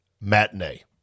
matinee